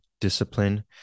discipline